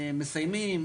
מסיימים,